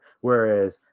whereas